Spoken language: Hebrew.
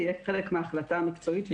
יהיה חלק מההחלטה המקצועית שהיא תקבע.